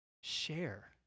Share